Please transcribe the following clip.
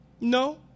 No